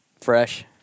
Fresh